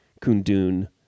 Kundun